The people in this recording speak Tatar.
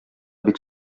бик